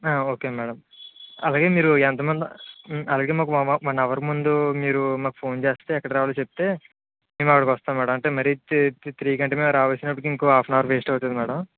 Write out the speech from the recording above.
ఒకే madam అలాగే మీరు ఎంతమంది అలాగే మాకు వ వన్ అవర్ ముందు మీరు మాకు ఫోను చేస్తే ఎక్కడికి రావాలో చెప్తే మేము అక్కడికి వస్తాం మ్యాడం మరి తే త్రీ కంటే మేము రావాల్సినప్పుడు ఇంకో హఫ్ అన్ అవర్ వేస్ట్ అవుతుంది మ్యాడం